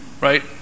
right